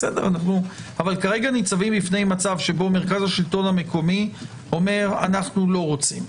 אבל כרגע ניצבים במצב שבו מרכז השלטון המקומי אומר: אנו לא רוצים.